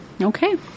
Okay